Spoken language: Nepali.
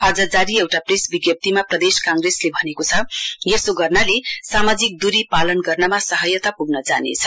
आज जारी एउटा प्रेस विज्ञप्तीमा प्रदेश काँग्रेसले भनेको छ यसो गर्नाले सामाजिक दूरी पालन गर्नमा सहायता पुग्न जानेछ